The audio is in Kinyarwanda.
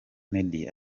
meddy